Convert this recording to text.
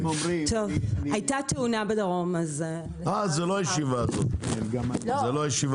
יש לי שתי שאלות: א', אני יודעת שבמהלך סופי השבוע